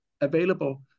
available